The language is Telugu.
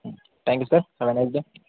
thank you sir have a nice day